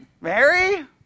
Mary